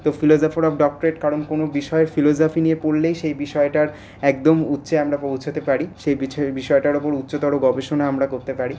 তো of doctorate কারণ কোনো বিষয়ে ফিলোজফি নিয়ে পড়লেই সেই বিষয়টার একদম উচ্চে আমরা পৌঁছোতে পারি সেই বিছ বিষয়টার উপর উচ্চতর গবেষণা আমরা করতে পারি